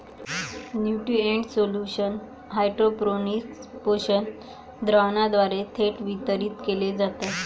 nutrient solution hydroponics पोषक द्रावणाद्वारे थेट वितरित केले जातात